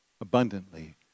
abundantly